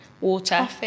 water